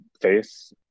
face